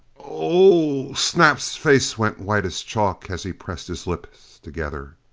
oh! snap's face went white as chalk as he pressed his lips together.